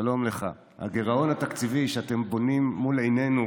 שלום לך: הגירעון התקציבי שאתם בונים מול עינינו